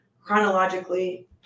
chronologically